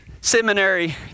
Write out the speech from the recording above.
seminary